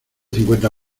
cincuenta